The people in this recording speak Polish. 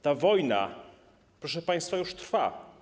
Ta wojna, proszę państwa, już trwa.